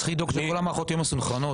צריך לדאוג שכל המערכות יהיו מסונכרנות,